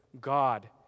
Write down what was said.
God